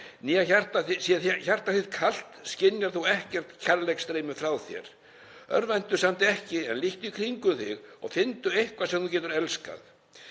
Sé hjarta þitt kalt skynjar þú ekkert kærleiksstreymi frá þér. Örvæntu samt ekki en líttu í kringum þig og finndu eitthvað sem þú getur elskað.